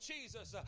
Jesus